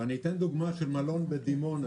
אתן דוגמה של מלון בדימונה,